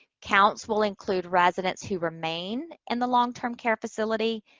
counts will include residents who remain in the long-term care facility,